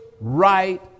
right